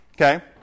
okay